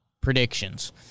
predictions